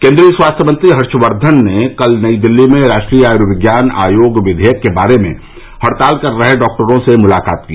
केन्द्रीय स्वास्थ्य मंत्री हर्षवर्द्वन ने कल नई दिल्ली में राष्ट्रीय आयुर्विज्ञान आयोग विघेयक के बारे में हड़ताल कर रहे डॉक्टरों से मुलाकात की